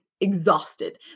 exhausted